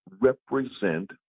represent